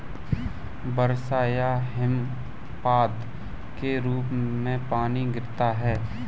वर्षा या हिमपात के रूप में पानी गिरता है